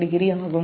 870 ஆகும்